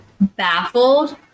baffled